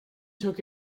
took